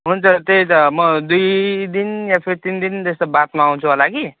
हुन्छ त्यही त म दुई दिन या फिर तिन दिन जस्तो बादमा आउँछु होला कि